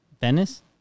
Venice